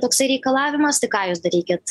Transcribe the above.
toksai reikalavimas tai ką jūs darykit